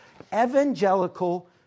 evangelical